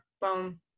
Boom